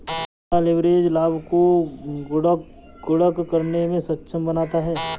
क्या लिवरेज लाभ को गुणक करने में सक्षम बनाता है?